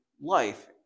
life